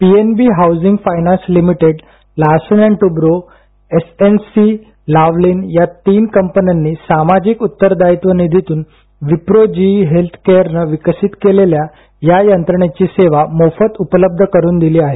PNB housing finance limited Larsen and Toubro SNC Lavalin या तीन कंपन्यांनी सामाजिक उत्तरदायित्व निधीतून विप्रो जीई हेल्थकेअरनं विकसित केलेल्या या यंत्रणेची सेवा मोफत उपलब्ध करून दिली आहे